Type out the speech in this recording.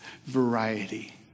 variety